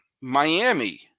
Miami